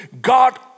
God